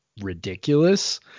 ridiculous